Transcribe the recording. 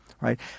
Right